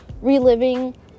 reliving